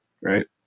right